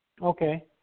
Okay